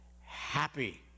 happy